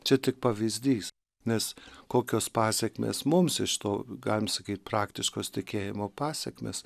čia tik pavyzdys nes kokios pasekmės mums iš to galim sakyt praktiškos tikėjimo pasekmės